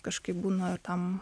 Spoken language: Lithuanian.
kažkaip būna tam